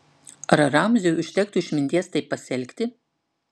ar ramziui užtektų išminties taip pasielgti